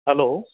hello